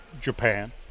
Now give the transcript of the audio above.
Japan